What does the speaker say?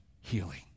healing